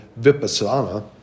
Vipassana